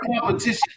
competition